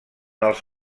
els